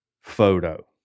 photo